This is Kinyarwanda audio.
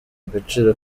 agaciro